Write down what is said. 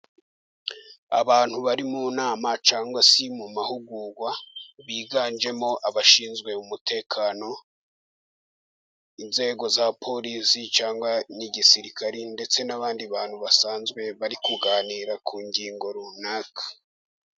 Abantu bari mu nama cyangwa se mu mahugurwa, biganjemo abashinzwe umutekano inzego za polisi cyangwa n'igisirikare ndetse n'abandi bantu basanzwe bari kuganira ku ngingo runaka.